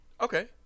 Okay